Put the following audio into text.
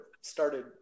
started